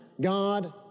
God